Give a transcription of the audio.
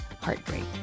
heartbreak